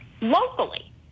locally